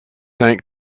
tank